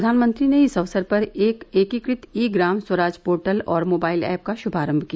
प्रधानमंत्री ने इस अवसर पर एक एकीकृत ई ग्राम स्वराज पोर्टल और मोबाइल ऐप का शुभारंभ किया